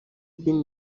bin